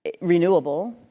renewable